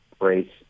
race